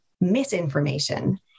misinformation